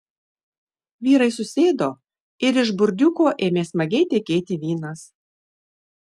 vyrai susėdo ir iš burdiuko ėmė smagiai tekėti vynas